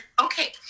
Okay